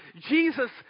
Jesus